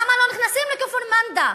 למה לא נכנסים לכפר-מנדא?